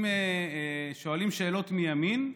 אם שואלים שואלות מימין,